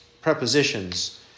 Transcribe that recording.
prepositions